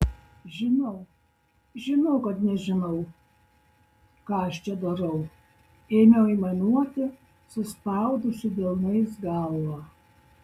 žinau žinau kad nežinau ką aš čia darau ėmiau aimanuoti suspaudusi delnais galvą